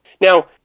Now